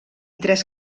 tres